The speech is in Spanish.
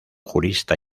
jurista